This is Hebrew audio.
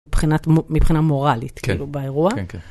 מבחינה מוראלית, כן, כאילו, באירוע. כן, כן